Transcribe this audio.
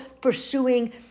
pursuing